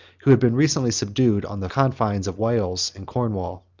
who had been recently subdued on the confines of wales and cornwall.